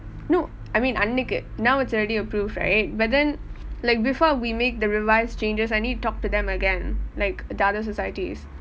no I mean அன்றைக்கு:andraikku now it's already approved right but then like before we make the revised changes I need talk to them again like the other societies